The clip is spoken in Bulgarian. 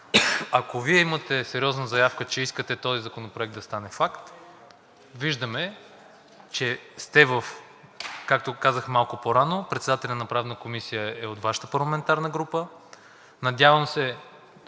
Ако Вие имате сериозна заявка, че искате този законопроект да стане факт, виждаме, че, както казах малко по-рано, председателят на Правната комисия е от Вашата парламентарна група. Надявам се,